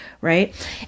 right